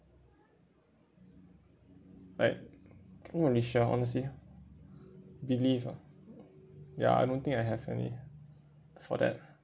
like not really sure honestly believe ah ya I don't think I have any for that